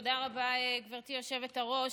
תודה רבה, גברתי היושבת-ראש.